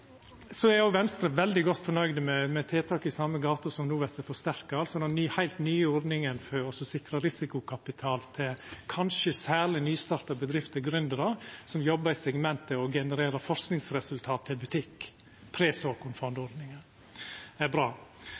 er òg veldig godt fornøgd med tiltak i den same gata som no vert forsterka, altså den heilt nye ordninga for å sikra risikokapital til kanskje særleg nystarta bedrifter, gründerar, som jobbar i segmentet og genererer forskingsresultat, til butikk, presåkornfondordninga. Det er bra.